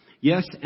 Yes